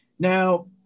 Now